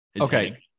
Okay